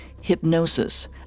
Hypnosis